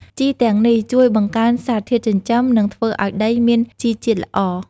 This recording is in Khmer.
ជីទាំងនេះជួយបង្កើនសារធាតុចិញ្ចឹម និងធ្វើឲ្យដីមានជីជាតិល្អ។